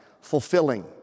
fulfilling